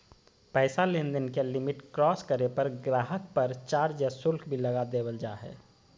पैसा लेनदेन के लिमिट क्रास करे पर गाहक़ पर चार्ज या शुल्क भी लगा देवल जा हय